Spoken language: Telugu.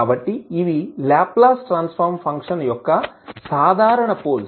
కాబట్టి ఇవి లాప్లాస్ ట్రాన్స్ ఫార్మ్ ఫంక్షన్ యొక్క సాధారణ పోల్స్